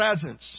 presence